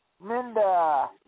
Minda